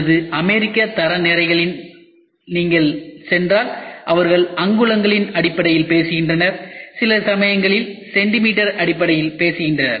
அல்லது அமெரிக்க தர நிலைகளில் நீங்கள் சென்றால் அவர்கள் அங்குலங்களின் அடிப்படையில் பேசுகின்றனர் சில சமயங்களில் சென்டிமீட்டர் அடிப்படையில் பேசுகின்றனர்